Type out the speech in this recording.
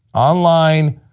online,